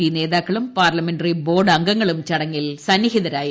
P നേതാക്കളും parliamentary board അംഗങ്ങളും ചടങ്ങിൽ സന്നിഹിതരായിരുന്നു